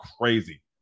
crazy